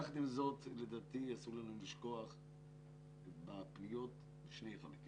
יחד עם זאת, לדעתי אסור לנו לשכוח שני חלקים.